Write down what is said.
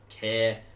care